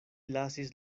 lasis